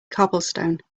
cobblestone